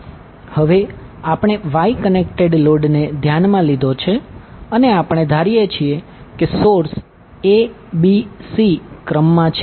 હવે આપણે Y connected લોડને ધ્યાનમાં લીધો છે અને આપણે ધારીએ છીએ કે સોર્સ a b c ક્રમમાં છે